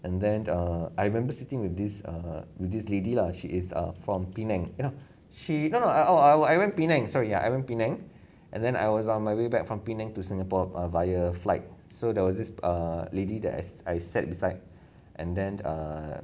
and then err I remember sitting with this err with this lady lah she is err from penang you know she no no I I I went penang sorry ya I went penang and then I was on my way back from penang to singapore via flight so there was this err lady that I I sat beside and then err